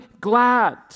glad